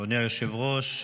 אדוני היושב-ראש.